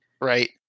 right